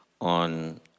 on